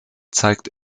zeigt